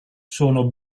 sono